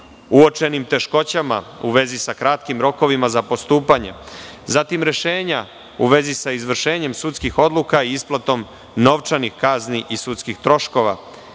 uočenim teškoćama u vezi sa kratkim rokovima za postupanje, zatim rešenja u vezi sa izvršenjem sudskih odluka i isplatom novčanih kazni i sudskih troškova,